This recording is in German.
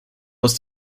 aus